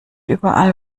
überall